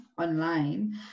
online